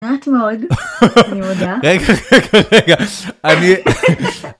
לאט מאוד, אני מודה